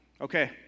okay